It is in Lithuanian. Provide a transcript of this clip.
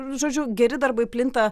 žodžiu geri darbai plinta